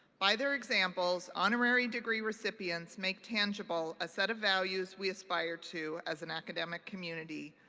by their examples, honorary degree recipients make tangible a set of values we aspire to as an academic community.